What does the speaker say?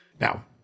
Now